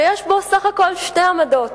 שיש בו סך הכול שתי עמדות,